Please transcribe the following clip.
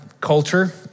culture